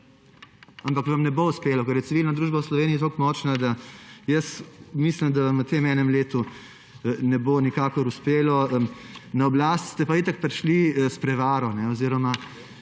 Ampak vam ne bo uspelo, ker je civilna družba v Sloveniji tako močna, da mislim, da vam v tem enem letu ne bo nikakor uspelo. Na oblast ste pa itak prišli s prevaro oziroma